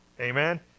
amen